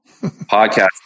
podcast